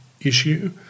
issue